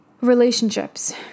relationships